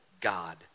God